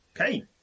Okay